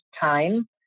time